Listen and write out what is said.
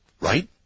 right